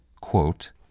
quote